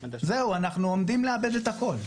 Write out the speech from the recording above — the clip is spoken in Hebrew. זהו, אנחנו עומדים לאבד את הכול.